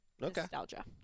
nostalgia